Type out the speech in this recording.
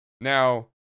Now